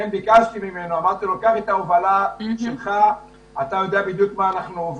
ביקשתי ממנו שייקח את ההובלה וינסה להקדים